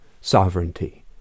sovereignty